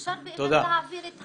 אפשר להעביר את החומר?